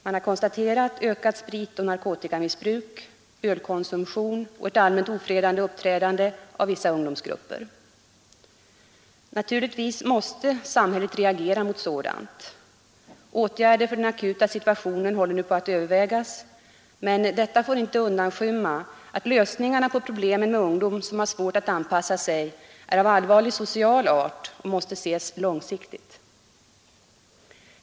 Man har konstaterat ökat spritoch narkotikamissbruk, ölkonsumtion och ett allmänt ofredande uppträdande av vissa ungdomsgrupper. Naturligtvis måste samhället reagera mot sådant. Åtgärder för den akuta situationen håller nu på att övervägas, men detta får inte undanskymma att lösningarna på problemen med ungdom som har svårt att anpassa sig är av allvarlig social art och måste ses långsiktigt.